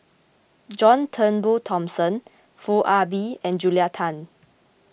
John Turnbull Thomson Foo Ah Bee and Julia Tan